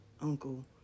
uncle